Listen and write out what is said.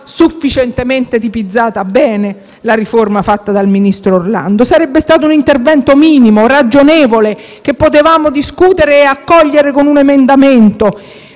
sufficientemente bene la riforma fatta dal ministro Orlando. Sarebbe stato un intervento minimo, ragionevole, che potevamo discutere e accogliere con un emendamento,